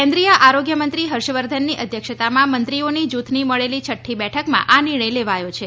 કેન્દ્રીય આરોગ્યમંત્રી હર્ષવર્ધનની અધ્યક્ષતામાં મંત્રીઓના જૂથની મળેલી છઠ્ઠી બેઠકમાં આ નિર્ણય લેવાયો છે